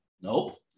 Nope